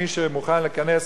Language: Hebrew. מי שמוכן להיכנס